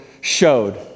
showed